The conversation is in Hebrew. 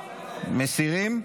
מסירים?